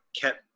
kept